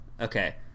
Okay